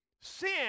Sin